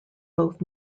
both